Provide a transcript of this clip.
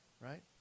right